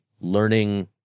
learning